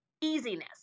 Easiness